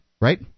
right